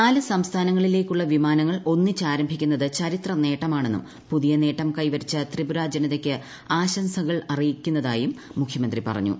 നാല് സ്ഥലങ്ങളിലേയ്ക്കുള്ള വിമാനങ്ങൾ ഒന്നിച്ച് ആരംഭിക്കുന്നത് ചരിത്ര നേട്ടമാണെന്നും പുതിയ നേട്ടം കൈവരിച്ച ത്രിപുര ജനതയ്ക്ക് ആശംസകൾ ആറിയിക്കുന്നതായും മുഖ്യമന്ത്രി പറഞ്ഞു